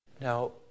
Now